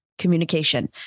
communication